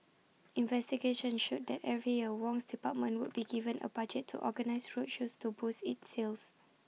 investigation showed that every year Wong's department would be given A budget to organise road shows to boost its sales